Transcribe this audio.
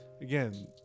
again